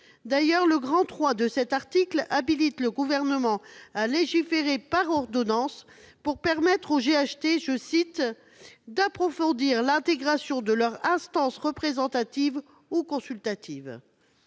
D'ailleurs, le paragraphe III de cet article habilite le Gouvernement à légiférer par ordonnance pour permettre aux GHT d'« approfondir l'intégration de leurs instances représentatives ou consultatives »